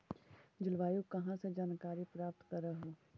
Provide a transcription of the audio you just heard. जलवायु कहा से जानकारी प्राप्त करहू?